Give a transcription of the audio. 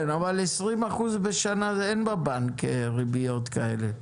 כן, אבל 20 אחוזים בשנה, אין בבנק ריביות כאלה.